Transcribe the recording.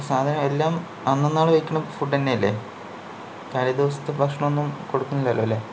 സാധനം എല്ലാം അന്നന്നാൾ വെയ്ക്കുന്ന ഫുഡ് തന്നെയല്ലേ തലേദിവസത്തെ ഭക്ഷണം ഒന്നും കൊടുക്കുന്നില്ലല്ലോല്ലേ